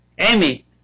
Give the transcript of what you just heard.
Amy